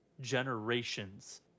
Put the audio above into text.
generation's